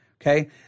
Okay